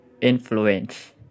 influence